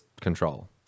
control